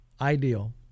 Ideal